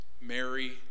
Mary